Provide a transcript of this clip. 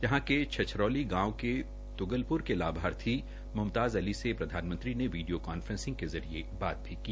यहां के छछरौली गांव क तुगलपुर के लाभर्थी मुमताज अली से प्रधानमंत्री ने वीडियो कांफ्रेसिंग के जरिये बात भी की